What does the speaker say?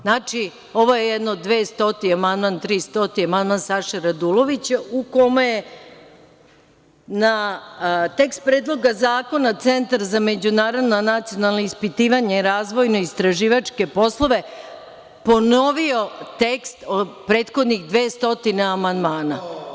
Znači, ovo je dvestoti, tristoti amandman Saše Radulovića u kome je na tekst Predloga zakona Centar za međunarodna ispitivanja i razvojno-istraživačke poslove ponovio tekst od prethodnih dve stotine amandmana.